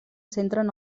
centren